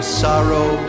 sorrow